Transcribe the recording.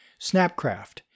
Snapcraft